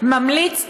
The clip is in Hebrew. ממליץ פרופ'